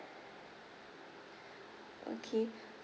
okay